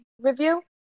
review